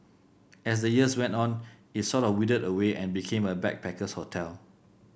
as the years went on it sort of withered away and became a backpacker's hotel